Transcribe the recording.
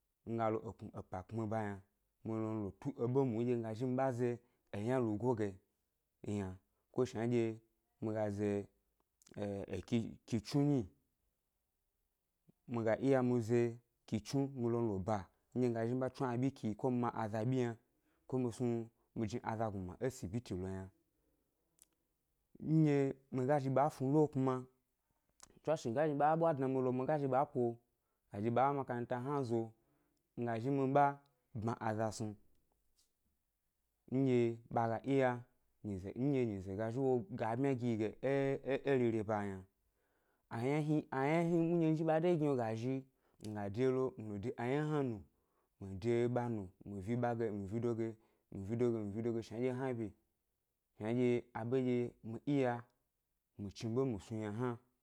Nga lo ekpmi epa kpmi ba yna, mi lo mi lo tu ʻɓe mu nɗye mi ga zhi mi ɓa ze eyna lugoyi ge yna, ko shnaɗye mi ga ze eh eki kitsnuyi nyi, mi ga iya mi ze ʻki tsnuyi mi lo mi lo ba nɗye mi ga zhi mi ɓa tsnu abyi ʻki ko mi ma aza ʻɓyi yna ko mi snu mi jni aza gnuma é sibiti lo yna, nɗye mi ga zhi ɓa snu lo kuma tswashe ga zhi ɓa ʻbwa dna mi lo mi ga zhi ɓa po ga zhi ɓa makaranta hna zo mi ga zhi mi ɓa bma aza snu, nɗye ɓa ga iya nyize nɗye nyize ga zhi wo ga bmya gi yi ge é é rere ʻba yna, ayna hni ayna hni nɗye mi zhi ɓa de gni lo ga zhi, mi ga de lo mi de ayna hna nu, mi de ɓa nu mi vido ɓa ge mi vido ge shnanɗye hna bye, shnanɗye aɓenɗye mi iya mi chniɓe mi snu yna hna